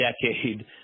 decade